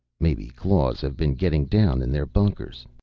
maybe claws have been getting down in their bunkers.